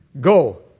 Go